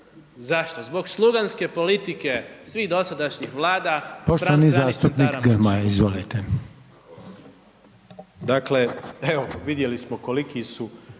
zašto? Zbog sluganske politike svih dosadašnjih vlada … Govornik